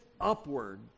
upward